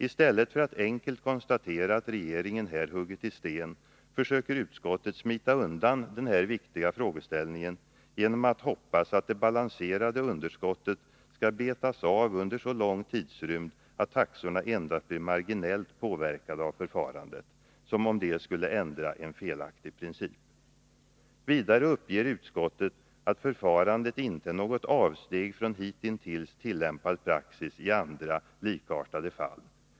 I stället för att enkelt konstatera att regeringen här huggit i sten försöker utskottet smita undan denna viktiga frågeställning genom att hoppas att det balanserade underskottet skall betas av under så lång tidsrymd att taxorna endast blir marginellt påverkade av förfarandet — som om det skulle ändra en felaktig princip. Vidare uppger utskottet att förfarandet inte är något avsteg från hitintills tillämpad praxis i andra, likartade fall.